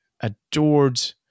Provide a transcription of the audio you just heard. adored